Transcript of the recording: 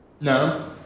no